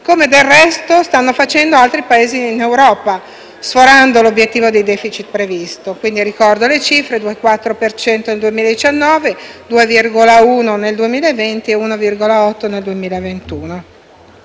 come del resto stanno facendo altri Paesi in Europa, sforando l'obiettivo di *deficit* previsto. Ricordo le cifre: 2,4 per cento nel 2019, 2,1 nel 2020 e 1,8 nel 2021.